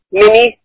mini